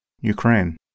Ukraine